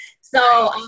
So-